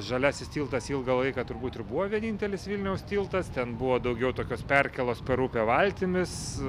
žaliasis tiltas ilgą laiką turbūt ir buvo vienintelis vilniaus tiltas ten buvo daugiau tokios perkėlos per upę valtimis